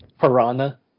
Piranha